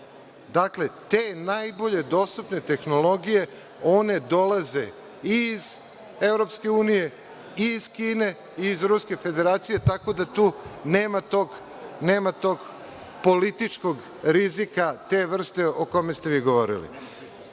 Dakle, te najbolje dostupne tehnologije, one dolaze i iz EU i iz Kine i iz Ruske Federacije, tako da tu nema tog političkog rizika te vrste o kome ste vi govorili.